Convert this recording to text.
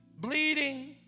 bleeding